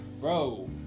bro